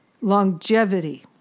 longevity